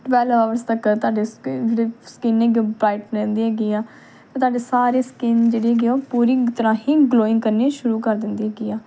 twelve hours ਤੱਕ ਤੁਹਾਡੇ ਸਕਿ ਜਿਹੜੀ ਸਕਿੰਨ ਹੈਗੀ ਉਹ ਬਰਾਈਟ ਰਹਿੰਦੀ ਹੈਗੀ ਆ ਅਤੇ ਤੁਹਾਡੇ ਸਾਰੀ ਸਕਿੰਨ ਜਿਹੜੀ ਹੈਗੀ ਆ ਉਹ ਪੂਰੀ ਤਰਾਂ ਹੀ ਗਲੋਇੰਗ ਕਰਨੀ ਸ਼ੁਰੂ ਕਰ ਦਿੰਦੀ ਹੈਗੀ ਆ